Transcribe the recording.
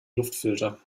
luftfilter